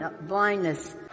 blindness